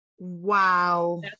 Wow